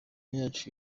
yacu